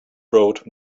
brought